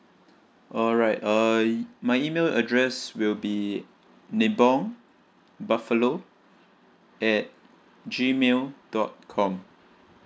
alright uh my email address will be nibong buffalo at G mail dot com